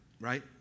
right